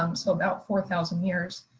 um so about four thousand years,